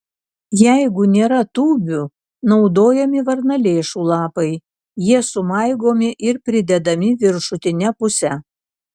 jeigu nėra tūbių naudojami varnalėšų lapai jie sumaigomi ir pridedami viršutine puse